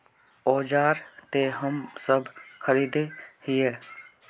औजार तो हम सब खरीदे हीये?